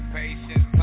patience